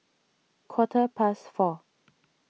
quarter past four